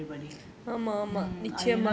err it will be easy for everybody